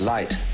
Light